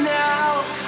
now